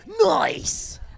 Nice